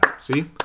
see